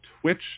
Twitch